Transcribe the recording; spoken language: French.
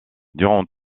durant